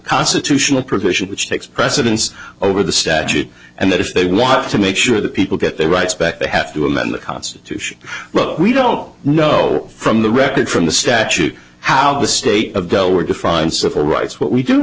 constitutional provision which takes precedence over the statute and that if they want to make sure that people get their rights back they have to amend the constitution but we don't know from the record from the statute how the state of delaware defines civil rights what we do